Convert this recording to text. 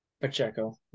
Pacheco